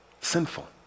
sinful